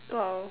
!wow!